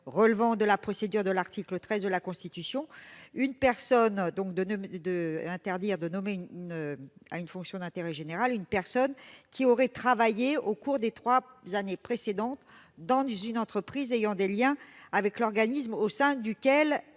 relevant de la procédure de l'article 13 de la Constitution une personne qui aurait travaillé, au cours des trois années précédentes, dans une entreprise ayant des liens avec l'organisme au sein duquel